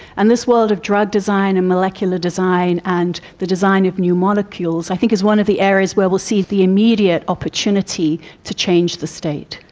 and this world of drug design and molecular design and the design of new molecules i think is one of the areas where we will see the immediate opportunity to change the state.